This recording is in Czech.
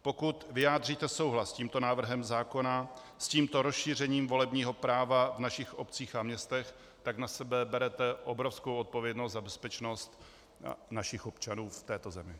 Pokud vyjádříte souhlas s tímto návrhem zákona, s tímto rozšířením volebního práva v našich obcích a městech, tak na sebe berete obrovskou odpovědnost za bezpečnost našich občanů v této zemi.